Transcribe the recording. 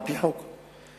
על-פי חוק.